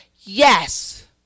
Yes